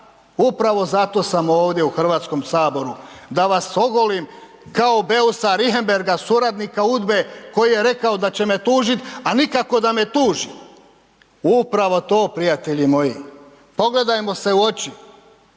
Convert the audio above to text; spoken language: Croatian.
upravo zato sam ovdje u HS da vas ogolim kao Beusa Richembergha suradnika udbe koji je rekao da će me tužit, a nikako da me tuži. Upravo to prijatelji moji, pogledajmo se u oči,